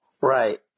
right